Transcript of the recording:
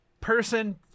person